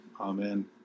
Amen